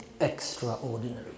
extraordinary